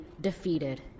defeated